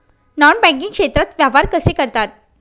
Non banking क्षेत्रात व्यवहार कसे करतात?